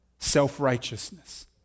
Self-righteousness